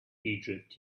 egypt